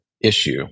issue